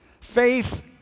Faith